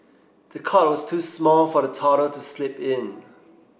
the cot was too small for the toddler to sleep in